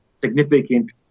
significant